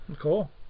Cool